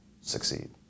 succeed